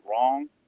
wrong